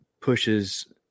pushes